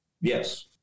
Yes